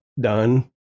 done